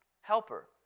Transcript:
helper